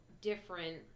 different